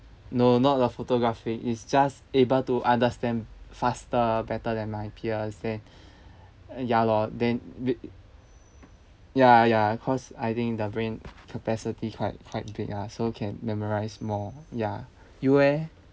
no not like photographic is just able to understand faster better than my peers then ya lor then bi~ ya ya cause I think the brain capacity quite quite big ah so can memorise more ya you eh